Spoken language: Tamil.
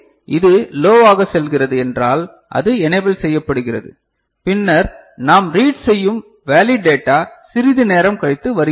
எனவே இது லோவாக செல்கிறது என்றால் அது எனேபில் செய்யப்படுகிறது பின்னர் நாம் ரீட் செய்யும் வேலிட் டேட்டா சிறிது நேரம் கழித்து வருகிறது